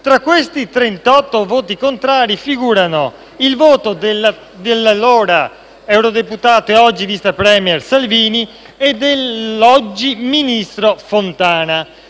tra questi 38 voti contrari figurano il voto dell’allora eurodeputato e oggi vice premier Salvini e dell’oggi ministro Fontana.